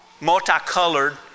multicolored